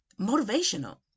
motivational